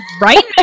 right